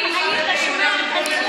אם היית שומע את הנאום שלי לא היית,